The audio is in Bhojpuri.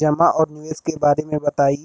जमा और निवेश के बारे मे बतायी?